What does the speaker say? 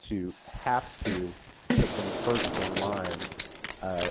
to have to put them first in line